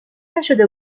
نشده